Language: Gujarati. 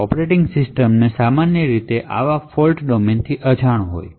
ઑપરેટિંગ સિસ્ટમ સામાન્ય રીતે આવા ફોલ્ટ ડોમેનથી અજાણ હોય છે